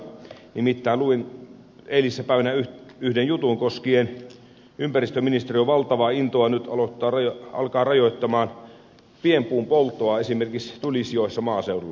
nimittäin luin eilispäivänä yhden jutun koskien ympäristöministeriön valtavaa intoa nyt alkaa rajoittaa pienpuun polttoa esimerkiksi tulisijoissa maaseudulla